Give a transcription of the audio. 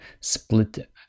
split